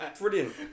brilliant